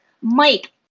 Mike